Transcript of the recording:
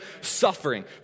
suffering